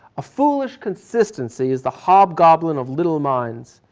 ah foolish consistency is the hob gobble and of little minds.